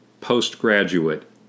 postgraduate